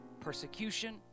persecution